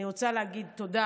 אני רוצה להגיד תודה